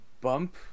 bump